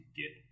get